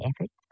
efforts